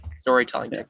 storytelling